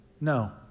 No